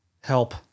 Help